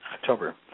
October